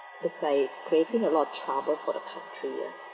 it's like creating a lot of trouble for the country ya